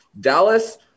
Dallas